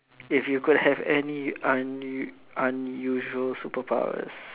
if you could have any un~ unusual superpowers